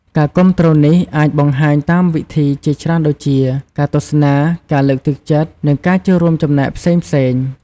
ការគាំទ្រនេះអាចបង្ហាញតាមវិធីជាច្រើនដូចជា ការទស្សនា ការលើកទឹកចិត្ត និងការចូលរួមចំណែកផ្សេងៗ។